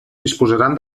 disposaran